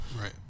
Right